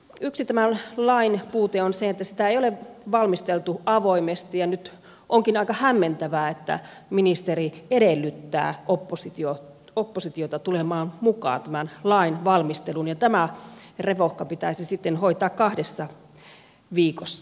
yksi tämän lain puute on se että sitä ei ole valmisteltu avoimesti ja nyt onkin aika hämmentävää että ministeri edellyttää oppositiota tulemaan mukaan tämän lain valmisteluun ja tämä revohka pitäisi sitten hoitaa kahdessa viikossa